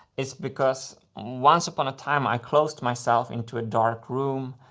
it's because once upon a time i closed myself into a dark room.